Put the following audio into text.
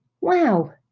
Wow